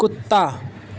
کتا